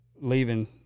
leaving